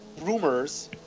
rumors